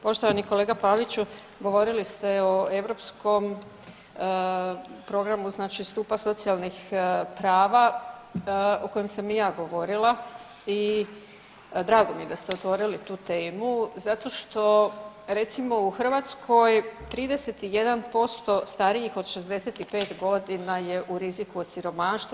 Poštovani kolega Paviću, govorili ste o europskom programu znači stupa socijalnih prava o kojem sam i ja govorila i drago mi je da ste otvorili tu temu zato što recimo u Hrvatskoj 31% starijih od 65.g. je u riziku od siromaštva.